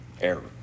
error